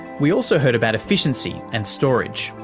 we also heard about efficiency and storage.